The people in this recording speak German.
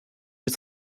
mir